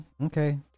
Okay